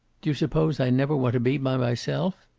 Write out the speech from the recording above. d'you suppose i never want to be by myself?